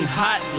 hot